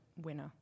winner